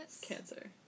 Cancer